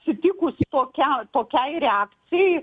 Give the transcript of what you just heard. sutikusi tokia tokiai reakcijai